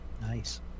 Nice